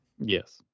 Yes